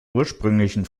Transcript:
ursprünglichen